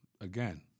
Again